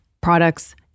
products